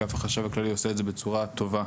ואגף החשב הכללי עושה את זה בצורה טובה.